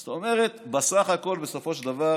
זאת אומרת, בסך הכול, בסופו של דבר,